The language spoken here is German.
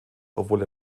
obwohl